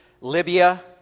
Libya